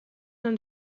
and